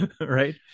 right